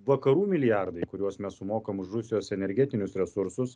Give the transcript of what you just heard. vakarų milijardai kuriuos mes sumokam už rusijos energetinius resursus